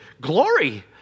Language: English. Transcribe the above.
glory